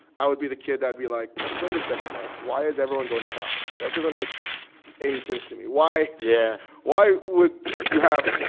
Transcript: i would be the kid that'd be like, wait a second, like, why is everyone going to hell? that doesn't make any sense to me. why. yeah why would you have,